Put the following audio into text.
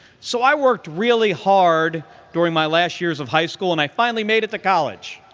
so i worked really hard during my last years of high school and i finally made it to college.